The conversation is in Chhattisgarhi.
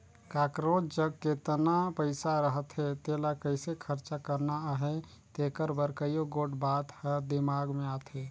काकरोच जग जेतना पइसा रहथे तेला कइसे खरचा करना अहे तेकर बर कइयो गोट बात हर दिमाक में आथे